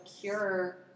cure